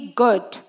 good